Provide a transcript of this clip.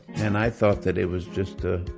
and i thought that it was just a